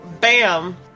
bam